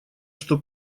что